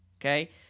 okay